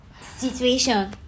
situation